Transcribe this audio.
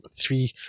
three